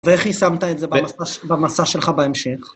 ואיך יישמת את זה במסע שלך בהמשך?